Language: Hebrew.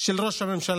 של ראש הממשלה,